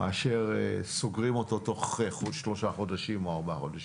מאשר לסגור את התיק תוך שלושה או ארבעה חודשים.